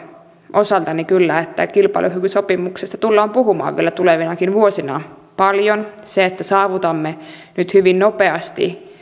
osaltani kyllä että kilpailukykysopimuksesta tullaan puhumaan vielä tulevinakin vuosina paljon se että saavutamme nyt hyvin nopeasti